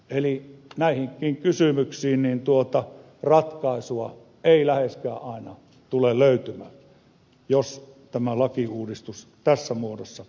eli näihinkään kysymyksiin ratkaisua ei läheskään aina tule löytymään jos tämä lakiuudistus tässä muodossa etenee